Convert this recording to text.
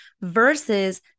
versus